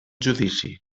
judici